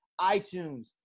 iTunes